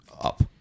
up